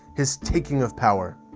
his taking of power.